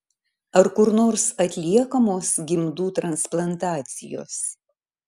ar kur nors atliekamos gimdų transplantacijos